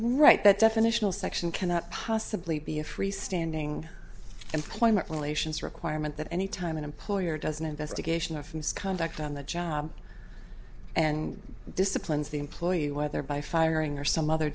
right that definitional section cannot possibly be a free standing employment relations requirement that anytime an employer doesn't investigation offense conduct on the job and disciplines the employee whether by firing or some other